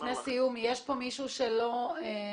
לפני סיום, יש פה שלא הגיב?